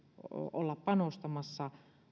olla panostamassa